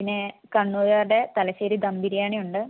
പിന്നെ കണ്ണൂരുകാരുടെ തലശ്ശേരി ദം ബിരിയാണിയുണ്ട്